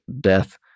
death